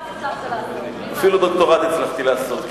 אפילו דוקטורט הצלחת לעשות.